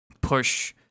push